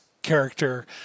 Character